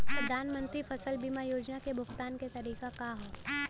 प्रधानमंत्री फसल बीमा योजना क भुगतान क तरीकाका ह?